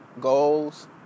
goals